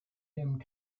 him